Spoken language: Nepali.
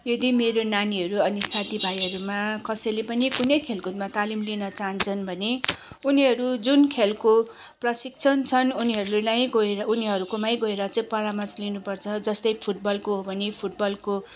यदि मेरो नानीहरू अनि साथी भाइहरूमा कसैले पनि कुनै खेलकुदमा तालिम लिन चाहन्छन् भने उनीहरू जुन खेलको प्रशिक्षण छन् उनीहरूलाई गएर उनीहरूकोमै गएर चाहिँ परामर्श लिनु पर्छ जस्तै फुटबलको हो भने फुटबलको